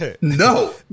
No